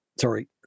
Sorry